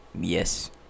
Yes